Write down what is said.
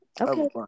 Okay